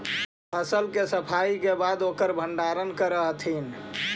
फसल के सफाई के बाद ओकर भण्डारण करऽ हथिन